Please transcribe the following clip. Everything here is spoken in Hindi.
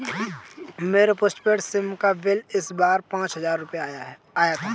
मेरे पॉस्टपेड सिम का बिल इस बार पाँच हजार रुपए आया था